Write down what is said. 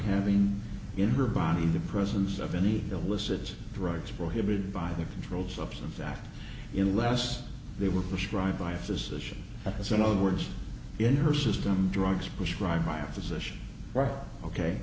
being in her body in the presence of any illicit drugs prohibited by the controlled substances act in less they were prescribed by a physician that was in other words in her system drugs prescribed by a physician right ok